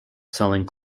selling